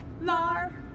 Lar